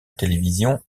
télévision